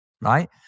right